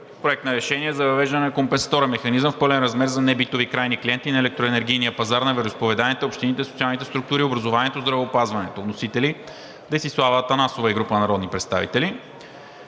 Проект на решение за въвеждане на компенсаторен механизъм в пълен размер за небитови крайни клиенти на електроенергийния пазар на вероизповеданията, общините, социалните структури, образованието, здравеопазването. Вносители – Десислава Атанасова и група народни представители